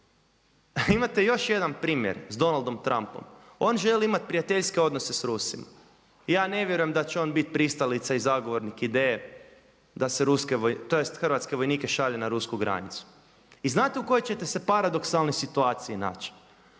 Imate još jedan primjer s Donaldom Trampom, on želi imati prijateljske odnose s Rusima, ja ne vjerujem da će on biti pristalica i zagovornik ideje da se hrvatske vojnike šalje na rusku granicu. I znate u kojoj ćete se paradoksalnoj situaciji naći?